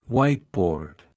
Whiteboard